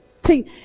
See